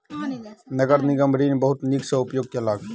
नगर निगम ऋण के बहुत नीक सॅ उपयोग केलक